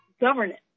governance